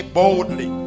boldly